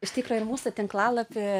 iš tikro ir mūsų tinklalapy